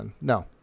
No